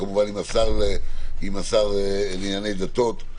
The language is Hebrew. כמובן שגם עם השר לענייני דתות,